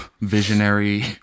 visionary